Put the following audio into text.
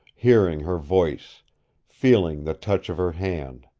hearing her voice feeling the touch of her hand.